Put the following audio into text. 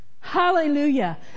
Hallelujah